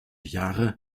jahre